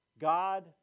God